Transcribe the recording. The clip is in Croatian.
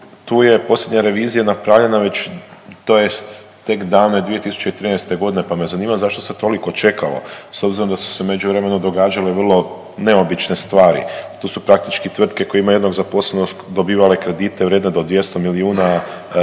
tu je posljednja revizija napravljena već, tj. tek davne 2013. g. pa me zanima zašto se toliko čekalo s obzirom da su se u međuvremenu događale vrlo neobične stvari, to su praktički tvrtke koje imaju jednog zaposlenog dobivale kreditne vrijedne do 200 milijuna kuna,